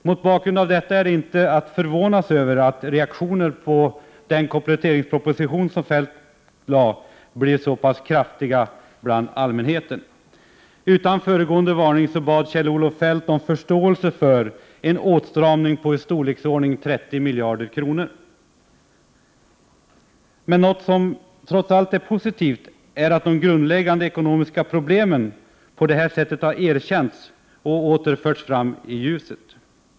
Mot bakgrund av detta är det inte att förvånas över att reaktionerna på Kjell-Olof Feldts kompletteringsproposition blev så pass kraftiga bland allmänheten. Utan föregående varning bad ju Kjell-Olof Feldt om förståelse för en åtstramning på i storleksordningen 30 miljarder kronor. Men trots allt är det positivt att de grundläggande ekonomiska problemen på detta sätt har erkänts och åter förts fram i ljuset.